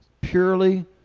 purely